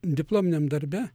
diplominiam darbe